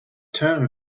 term